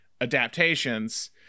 adaptations